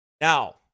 Now